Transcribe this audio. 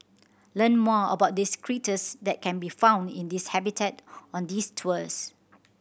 learn more about the that can be found in this habitat on these tours